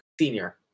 Senior